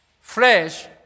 Flesh